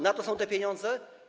Na to są te pieniądze?